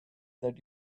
that